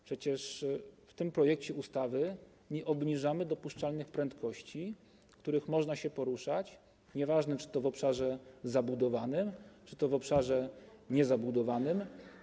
Przecież w tym projekcie ustawy nie obniżamy dopuszczalnych prędkości, z którymi można się poruszać, nieważne, czy to w obszarze zabudowanym, czy to w obszarze niezabudowanym.